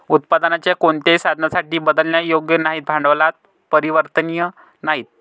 उत्पादनाच्या कोणत्याही साधनासाठी बदलण्यायोग्य नाहीत, भांडवलात परिवर्तनीय नाहीत